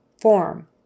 form